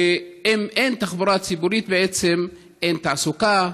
ואם אין תחבורה ציבורית בעצם אין תעסוקה,